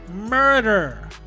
murder